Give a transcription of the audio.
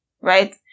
right